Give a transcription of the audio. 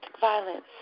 violence